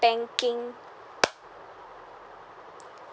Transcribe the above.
banking